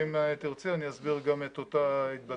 אם תרצי אני אסביר גם את אותה התבטאות